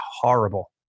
horrible